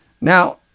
Now